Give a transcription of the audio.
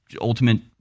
ultimate